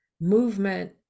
movement